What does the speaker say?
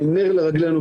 עדיין,